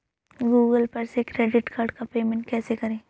Google पर से credit card का पेमेंट कैसे करें?